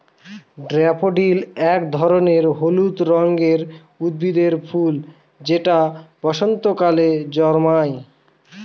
daffodil এক ধরনের হলুদ রঙের উদ্ভিদের ফুল যেটা বসন্তকালে জন্মায়